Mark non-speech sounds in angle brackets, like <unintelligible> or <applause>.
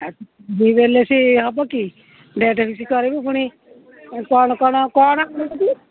<unintelligible> ସେ ହେବ କି ଡ଼େଟ୍ ଫିକ୍ସ୍ କରିବୁ ପୁଣି କଣ କ'ଣ କ'ଣ